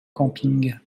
camping